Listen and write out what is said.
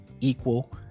equal